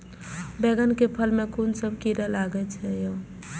बैंगन के फल में कुन सब कीरा लगै छै यो?